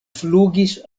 flugis